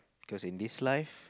cause in this life